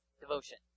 devotion